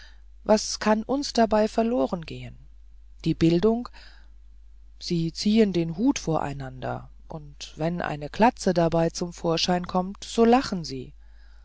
was kann uns dabei verloren gehen die bildung sie ziehen den hut vor einander und wenn eine glatze dabei zum vorschein kommt so lachen sie